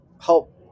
help